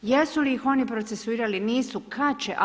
Jesu li ih oni procesuirali, nisu, kada će.